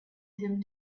tim